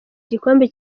igikombe